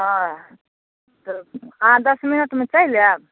हँ अहाँ दस मिनटमे चलि आएब